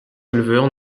éleveurs